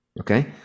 Okay